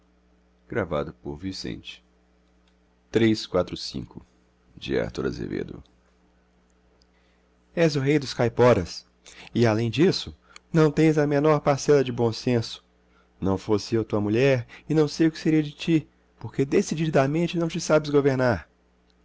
brasileiro além de bom desenhista e discreto pintor és o rei dos caiporas e além disso não tens a menor parcela de bom senso não fosse eu tua mulher e não sei o que seria de ti porque decididamente não te sabes governar